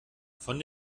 von